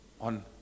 on